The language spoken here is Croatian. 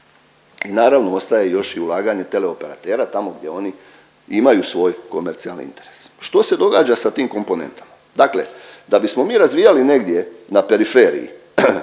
I naravno ostaje još i ulaganje teleoperatera tamo gdje oni imaju svoj komercijalni interes. Što se događa sa tim komponentama? Dakle da bismo mi razvijali negdje na periferiji